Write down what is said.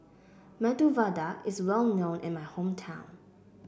Medu Vada is well known in my hometown